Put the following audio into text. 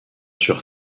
sur